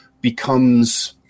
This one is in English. becomes